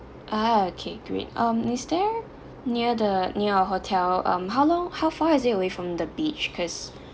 ah okay great um is there near the near our hotel um how long how far is it away from the beach cause